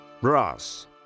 Brass